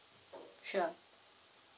sure